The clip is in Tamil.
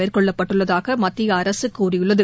மேற்கொள்ளப்பட்டுள்ளதாகமத்திய அரசுகூறியுள்ளது